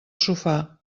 sofà